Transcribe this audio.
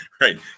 Right